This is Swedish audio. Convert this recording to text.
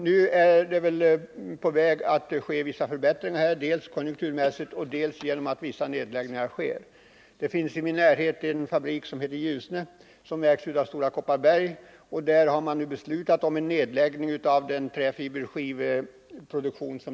Nu tycks vissa förbättringar vara på väg, dels genom bättre konjunkturer, dels genom vissa nedläggningar. I min hemtrakt finns en fabrik, Ljusne, som ägs av Stora Kopparberg. Där har man beslutat om nedläggning av sin träfiberproduktion.